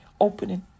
Opening